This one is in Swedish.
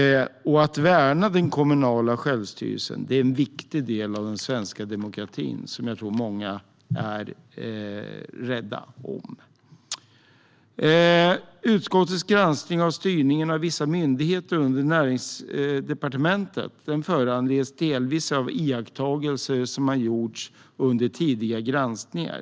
Att värna den kommunala självstyrelsen är en viktig del av den svenska demokratin som jag tror att många är rädda om. Utskottets granskning av styrningen av vissa myndigheter under Näringsdepartementet föranleds delvis av iakttagelser som har gjorts under tidigare granskningar.